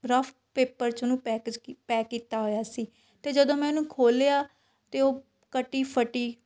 rough paper 'ਚ ਉਹਨੂੰ package pack ਕੀਤਾ ਹੋਇਆ ਸੀ ਅਤੇ ਜਦੋਂ ਮੈਂ ਉਹਨੂੰ ਖੋਲ੍ਹਿਆ ਤਾਂ ਉਹ ਕਟੀ ਫਟੀ